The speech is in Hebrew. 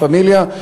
"לה פמיליה",